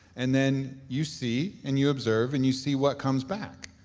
and then you see and you observe and you see what comes back.